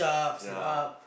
ya